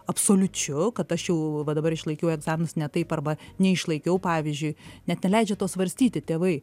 absoliučiu kad aš jau va dabar išlaikiau egzaminus ne taip arba neišlaikiau pavyzdžiui net neleidžia to svarstyti tėvai